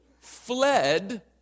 fled